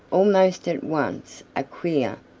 almost at once a queer,